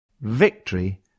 Victory